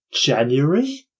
January